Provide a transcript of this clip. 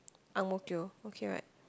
Ang Mo Kio okay right